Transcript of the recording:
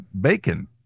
bacon